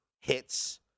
hits